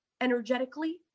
energetically